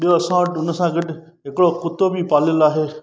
ॿियो असां वटि हुन सां गॾु हिकिड़ो कुतो बि पालयुल आहे